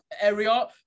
area